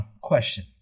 question